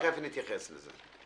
תכף נתייחס לזה.